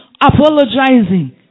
apologizing